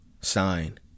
sign